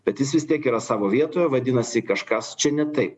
bet jis vis tiek yra savo vietoje vadinasi kažkas čia ne taip